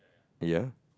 ya